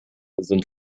sind